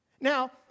Now